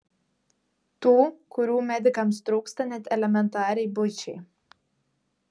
tų kurių medikams trūksta net elementariai buičiai